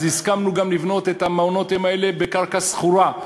אז הסכמנו גם לבנות את מעונות-היום האלה בקרקע שכורה,